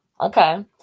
Okay